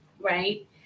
right